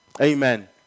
Amen